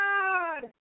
God